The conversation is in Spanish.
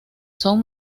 son